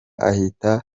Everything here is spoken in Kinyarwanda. ahita